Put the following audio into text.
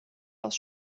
aus